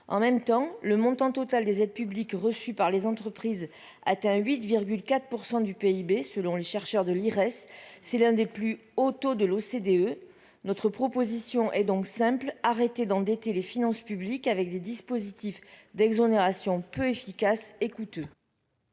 en même temps, le montant total des aides publiques reçues par les entreprises atteint 8 4 % du PIB, selon le chercheur de l'IRES si l'un des plus haut taux de l'OCDE, notre proposition est donc simple : arrêter d'embêter les finances publiques avec des dispositifs d'exonération peu efficace écoute.